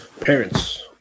parents